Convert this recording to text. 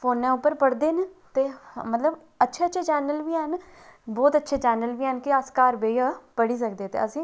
फोनै पर पढ़दे न ते मतलब अच्छे अच्छे गै न बहुत अच्छे चैनल बी हैन ते पढ़ी सकदे न ते असें ई